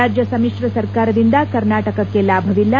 ರಾಜ್ಯ ಸಮಿತ್ರ ಸರ್ಕಾರದಿಂದ ಕರ್ನಾಟಕಕ್ಕೆ ಲಾಭವಿಲ್ಲ